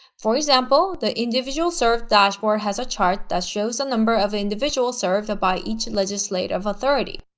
for example, the individuals served dashboard has a chart that shows the number of individuals served by each legislative authority.